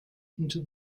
into